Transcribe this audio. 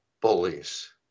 bullies